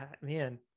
man